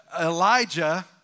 Elijah